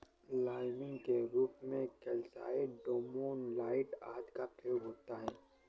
liming के रूप में कैल्साइट, डोमालाइट आदि का प्रयोग होता है